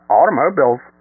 automobiles